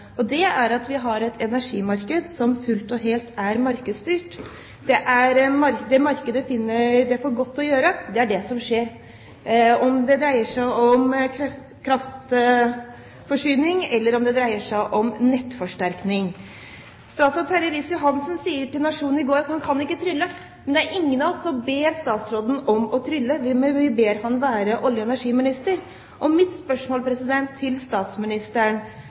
Det er at vi har et energimarked som fullt og helt er markedsstyrt. Det markedet finner for godt å gjøre, er det som skjer – om det dreier seg om kraftforsyning, eller om det dreier seg om nettforsterkning. Statsråd Terje Riis-Johansen sa til Nationen i går at han kan ikke trylle. Men det er ingen av oss som ber statsråden om å trylle. Vi ber ham være olje- og energiminister. Mitt spørsmål til statsministeren